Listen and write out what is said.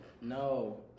No